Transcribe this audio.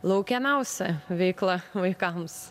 laukiamiausia veikla vaikams